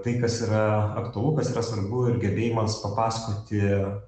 tai kas yra aktualu kas yra svarbu ir gebėjimas papasakoti